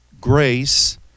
grace